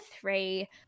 three